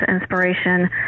inspiration